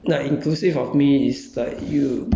but usual~ a lot of people are like